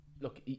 Look